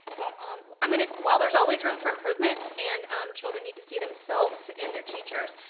but um i'm gonna, while there's always room for improvement, and children need to see themselves in their teachers,